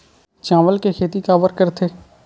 चावल के खेती काबर करथे?